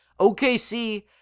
OKC